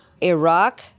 Iraq